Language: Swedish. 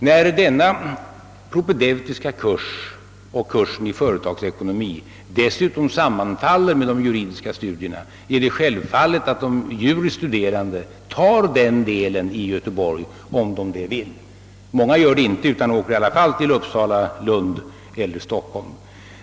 När den propedeutiska kursen för dessa studerande och kursen i företagsekonomi sammanfaller med de juridiska studierna är det självfallet att de juris studerande skall kunna läsa denna del i Göteborg om de vill. Många gör det inte, utan åker till Uppsala, Lund eller Stockholm.